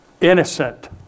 innocent